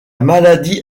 maladie